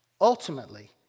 ultimately